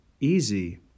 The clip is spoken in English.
easy